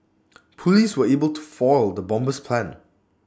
Police were able to foil the bomber's plans